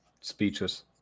speechless